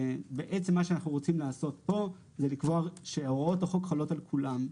בעצם מה שאנחנו רוצים לעשות פה זה לקבוע שהוראות החוק חלות על כולם.